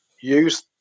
use